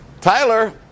Tyler